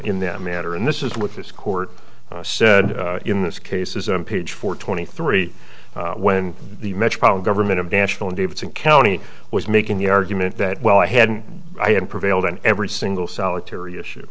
in them matter and this is what this court said in this case is on page four twenty three when the metropolitan government of national in davidson county was making the argument that well i had and i had prevailed on every single solitary issue